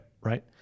Right